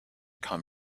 come